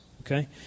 Okay